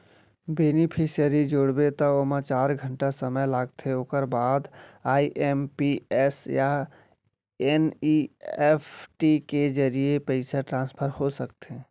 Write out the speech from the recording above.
beneficiary जोड़बे त ओमा चार घंटा समे लागथे ओकर बाद आइ.एम.पी.एस या एन.इ.एफ.टी के जरिए पइसा ट्रांसफर हो सकथे